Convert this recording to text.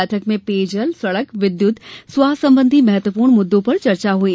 बैठक में पेयजल सड़क विद्युत स्वास्थ्य संबंधी महत्वपूर्ण मुद्दों पर चर्चा हुई